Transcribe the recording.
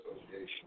association